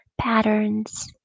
patterns